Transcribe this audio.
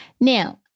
Now